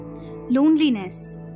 Loneliness